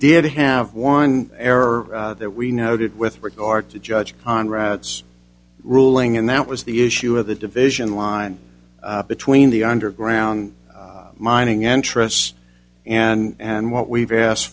did have one error that we noted with regard to judge conrad's ruling and that was the issue of the division line between the underground mining interests and what we've asked